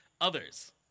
others